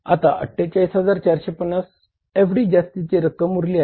आता 48450 एवढी जास्तीची रक्कम उरली आह